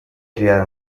criada